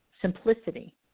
simplicity